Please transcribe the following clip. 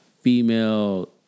female